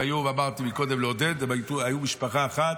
אמרתי קודם לעודד, הם היו משפחה אחת,